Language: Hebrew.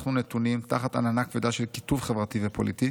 אנחנו נתונים תחת עננה כבדה של קיטוב חברתי ופוליטי